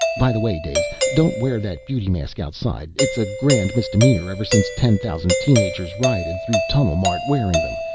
by the way, daze, don't wear that beauty mask outside. it's a grand misdemeanor ever since ten thousand teen-agers rioted through tunnel-mart wearing them.